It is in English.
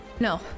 No